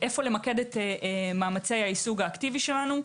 איפה למקד את מאמצי ה- -- -האקטיבי שלנו.